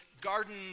garden